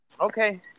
Okay